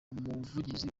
umuvugizi